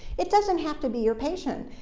it doesn't have to be your patient.